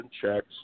checks